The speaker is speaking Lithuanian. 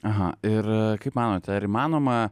aha ir kaip manote ar įmanoma